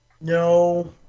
No